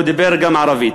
הוא דיבר גם ערבית.